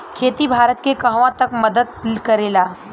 खेती भारत के कहवा तक मदत करे ला?